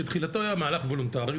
שתחילתו היה מהלך וולונטרי,